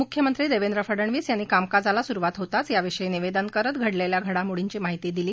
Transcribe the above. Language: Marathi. मुख्यमंत्री देवेंद्र फडणवीस यांनी कामकाजाला सुरुवात होताच याविषयी निवेदन करीत घडलेल्या घडामोडीची माहिती दिली